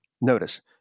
notice